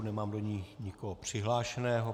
Nemám do ní nikoho přihlášeného.